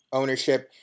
ownership